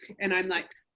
and i'm like.